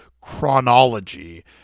chronology